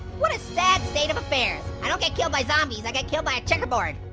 what a sad state of affairs. i don't get killed by zombies, i get killed by a checkerboard.